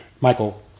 Michael